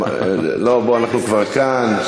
בוא, אנחנו כבר כאן.